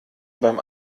beim